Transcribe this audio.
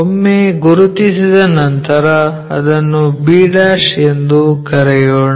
ಒಮ್ಮೆ ಗುರುತಿಸಿದ ನಂತರ ಅದನ್ನು b' ಎಂದು ಕರೆಯೋಣ